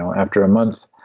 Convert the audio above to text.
after a month,